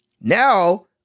Now